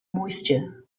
moisture